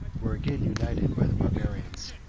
were again united by the barbarians.